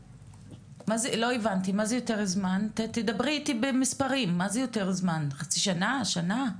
לא הבנתי, מה זה יותר זמן, חצי שנה, שנה?